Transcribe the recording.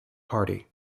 party